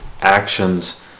actions